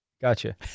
Gotcha